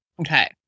Okay